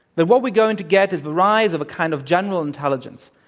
that what we're going to get is the rise of a kind of general intelligence,